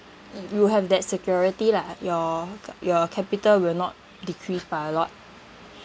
you have that security lah your your capital will not decrease by a lot